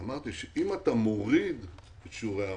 אם אתה מוריד את שיעורי המס,